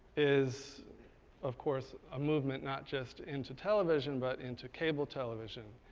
is of course a movement not just into television, but into cable television,